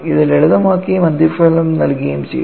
ഇത് ലളിതമാക്കുകയും അന്തിമഫലം നൽകുകയും ചെയ്യുന്നു